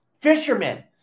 fishermen